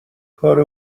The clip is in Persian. کار